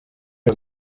los